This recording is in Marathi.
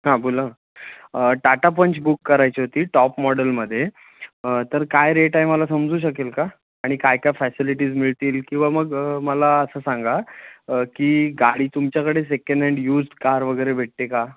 हां बोला टाटा पंच बुक करायची होती टॉप मॉडलमध्ये तर काय रेट आहे मला समजू शकेल का आणि काय काय फॅसिलिटीज मिळतील किंवा मग मला असं सांगा की गाडी तुमच्याकडे सेकेंड हँड यूज्ड कार वगैरे भेटते का